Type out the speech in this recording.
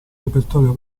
repertorio